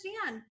understand